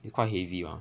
it's quite heavy mah